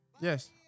Yes